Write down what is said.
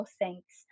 thanks